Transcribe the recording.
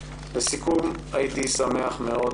לסיכום, הייתי שמח מאוד